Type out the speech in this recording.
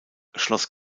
schloss